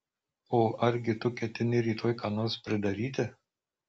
o argi tu ketini rytoj ką nors pridaryti